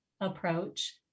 approach